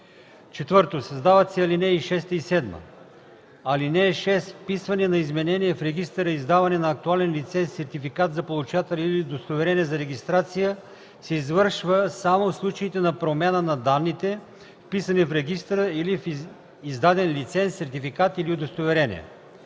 4. Създават се ал. 6 и 7: „(6) Вписване на изменение в регистъра и издаване на актуален лиценз, сертификат за получател или удостоверение за регистрации се извършва само в случаите на промяна на данните, вписани в регистъра или в издаден лиценз, сертификат или удостоверение.